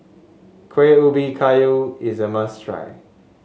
Kueh Ubi Kayu is a must try